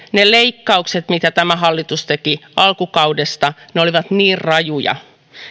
ne leikkaukset mitä tämä hallitus teki alkukaudesta olivat niin rajuja